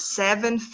seven